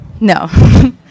No